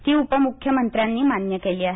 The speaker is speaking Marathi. ती उपमुख्यमंत्र्यांनी मान्य केली आहे